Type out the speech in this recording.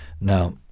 Now